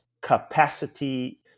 capacity